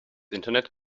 internet